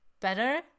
better